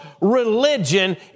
religion